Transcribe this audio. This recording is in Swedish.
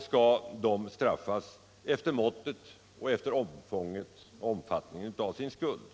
skall de straffas efter måttet och omfattningen av sin skuld.